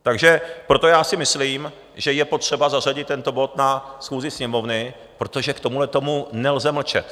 Takže proto já si myslím, že je potřeba zařadit tento bod na schůzi Sněmovny, protože k tomuhletomu nelze mlčet.